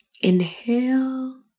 inhale